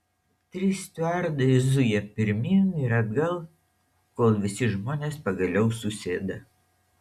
trys stiuardai zuja pirmyn ir atgal kol visi žmonės pagaliau susėda